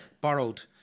borrowed